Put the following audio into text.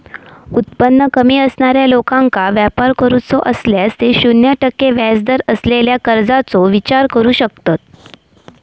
उत्पन्न कमी असणाऱ्या लोकांका व्यापार करूचो असल्यास ते शून्य टक्के व्याजदर असलेल्या कर्जाचो विचार करू शकतत